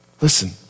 listen